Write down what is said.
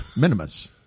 minimus